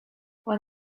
when